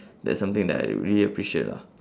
that's something that I really appreciate lah